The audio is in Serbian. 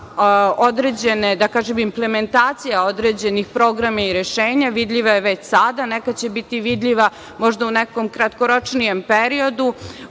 kažem implementacija određenih programa i rešenja vidljiva je već sada, neka će biti vidljiva možda u nekom kratkoročnijem periodu